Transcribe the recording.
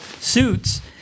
suits